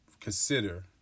consider